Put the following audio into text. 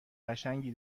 قشنگی